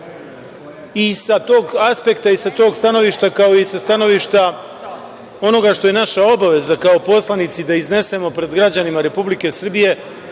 i sa tog aspekta i sa tog stanovišta, kao i sa stanovišta onoga što je naša obaveza kao poslanici da iznesemo pred građanima Republike Srbije,